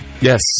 Yes